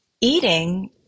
eating